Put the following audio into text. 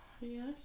yes